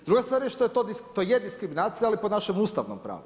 Druga stvar je to je diskriminacija, ali po našem ustavnom pravu.